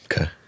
Okay